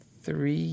Three